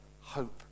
hope